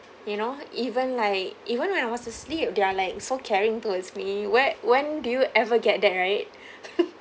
you know even like even when I was asleep they are like so caring towards me where when do you ever get that right